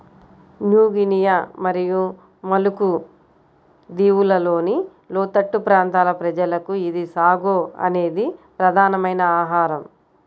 new Guinea మరియు Maluku దీవులలోని లోతట్టు ప్రాంతాల ప్రజలకు ఇది సాగో అనేది ప్రధానమైన ఆహారం